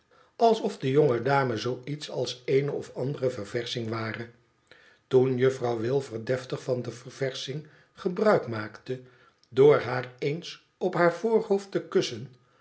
alsof de jonge dame zoo iets als eene of andere verversching ware toen juffrouw wilfer deftig van de verversching gebruik maakte door haar ééns op haar voorhoofd te kussen